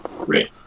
Great